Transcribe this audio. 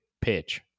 pitch